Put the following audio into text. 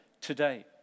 today